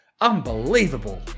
Unbelievable